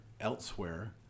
elsewhere